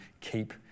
keep